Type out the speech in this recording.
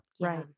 Right